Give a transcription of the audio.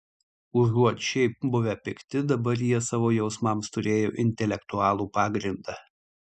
užuot šiaip buvę pikti dabar jie savo jausmams turėjo intelektualų pagrindą